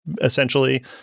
essentially